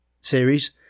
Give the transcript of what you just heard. series